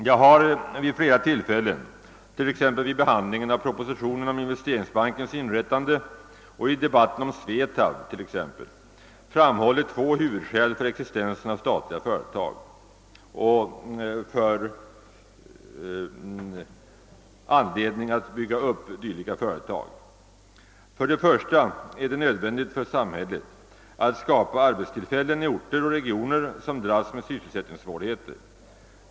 Jag har vid flera tillfällen t.ex. vid behandling av propositionen om Investeringsbankens inrättande, och i debatten om SVETAB framhållit två huvudskäl för existensen av statliga företag. För det första är det nödvändigt för samhället att skapa arbetstillfällen i orter och regioner, som dras med sysselsättningssvårigheter.